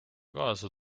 kaasa